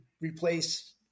replace